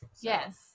yes